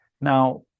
Now